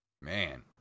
Man